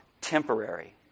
temporary